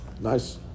Nice